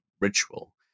ritual